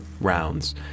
rounds